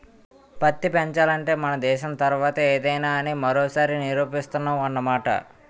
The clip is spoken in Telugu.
పత్తి పెంచాలంటే మన దేశం తర్వాతే ఏదైనా అని మరోసారి నిరూపిస్తున్నావ్ అన్నమాట